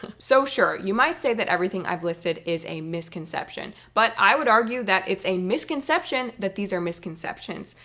so sure, you might say that everything i've listed is a misconception but i would argue that it's a misconception that these are misconceptions,